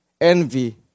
envy